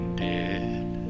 dead